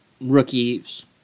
rookies